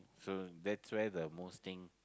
so that's where the most thing